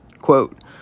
Quote